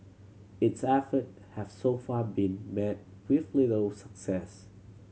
its effort have so far been met with little success